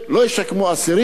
לא ישקמו אסירים.